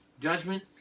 judgment